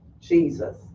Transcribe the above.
Jesus